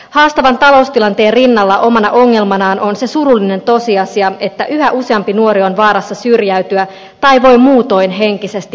haastavan taloustilanteen rinnalla omana ongelmanaan on se surullinen tosiasia että yhä useampi nuori on vaarassa syrjäytyä tai voi muutoin henkisesti pahoin